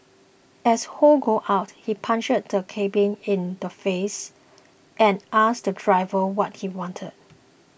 as Ho got out he punched the cabby in the face and asked the driver what he wanted